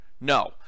no